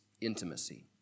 intimacy